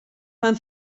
van